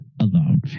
alone